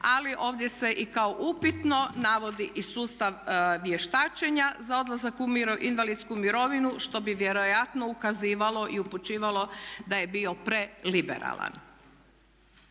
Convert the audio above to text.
ali ovdje se i kao upitno navodi sustav vještačenja za odlazak u invalidsku mirovinu što bi vjerojatno ukazivalo i upućivalo da je bio preliberalan.